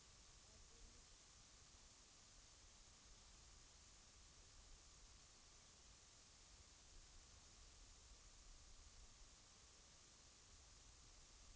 Därmed vill jag, fru talman, yrka bifall till konstitutionsutskottets hemställan i betänkande nr 42.